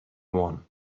one